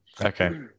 Okay